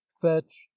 fetch